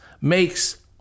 makes